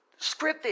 scripted